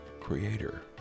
creator